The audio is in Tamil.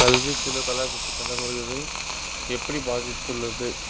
கல்வி சில கலாச்சாரத்திட்ட நடைமுறைகளில் எப்படி பாதித்துள்ளது